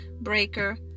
Breaker